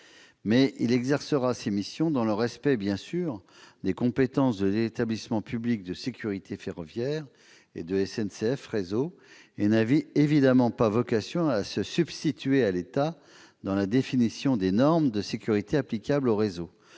public exercera ses missions dans le respect des compétences de l'établissement public de sécurité ferroviaire et de SNCF Réseau : il n'a pas vocation à se substituer à l'État dans la définition des normes de sécurité applicables au réseau.